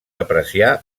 apreciar